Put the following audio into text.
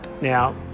Now